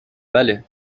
بله